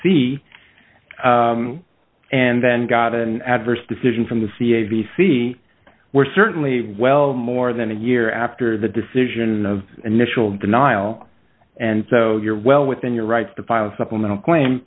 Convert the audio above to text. c and then got an adverse decision from the ca v c were certainly well more than a year after the decision of initial denial and so you're well within your rights to file a supplemental claim